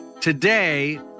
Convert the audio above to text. Today